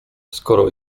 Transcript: skoro